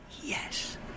Yes